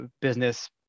business